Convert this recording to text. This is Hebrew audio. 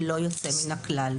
ללא יוצא מן הכלל,